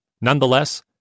Nonetheless